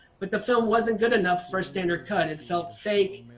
but the film wasn't good enough for standard cut. it felt fake.